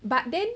but then